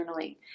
journaling